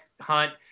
hunt